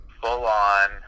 full-on